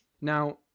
now